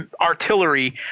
artillery